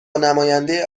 نماینده